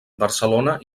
barcelona